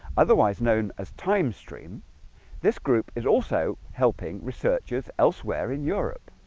otherwise known as timestream this group is also helping researchers elsewhere in europe